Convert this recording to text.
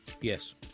yes